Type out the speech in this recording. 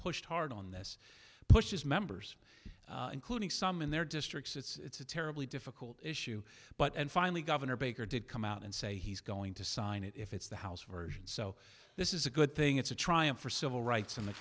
pushed hard on this pushes members including some in their districts it's a terribly difficult issue but and finally governor baker did come out and say he's going to sign it if it's the house version so this is a good thing it's a triumph for civil rights in the